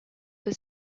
for